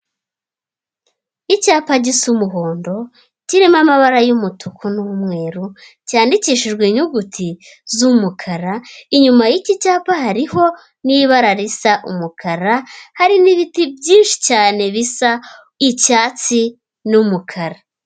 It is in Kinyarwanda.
Icyapa gisa umuhondo kirimo amabara y'umutuku n'umweru, cyandikishijwe inyuguti z'umukara inyuma yiki cyapa hariho n'ibara risa umukara, hari n'ibiti byinshi cyane bisa icyatsi n'umukara.